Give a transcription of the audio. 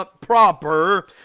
proper